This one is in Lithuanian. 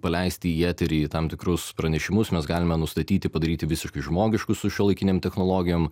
paleisti į eterį tam tikrus pranešimus mes galime nustatyti padaryti visiškai žmogiškus su šiuolaikinėm technologijom